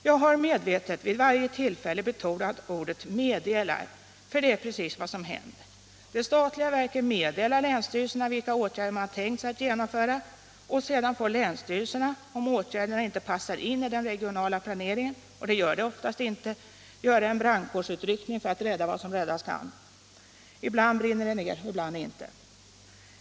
Jag har medvetet vid varje tillfälle betonat ordet meddelar för det är precis vad som händer. De statliga verken meddelar länsstyrelserna vilka åtgärder man har tänkt sig att genomföra och sedan får länsstyrelserna, om åtgärderna inte passar in i den regionala planeringen och det gör de oftast inte, göra en brandkårsutryckning för att rädda vad som räddas kan. Ibland brinner det ner, ibland inte.